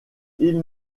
ils